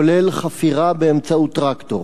כולל חפירה באמצעות טרקטור.